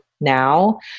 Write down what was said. now